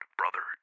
brother